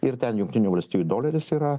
ir ten jungtinių valstijų doleris yra